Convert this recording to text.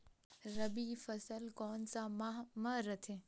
रबी फसल कोन सा माह म रथे?